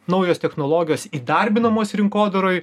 naujos technologijos įdarbinamos rinkodaroj